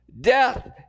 death